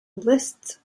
lists